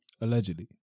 Allegedly